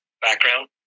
background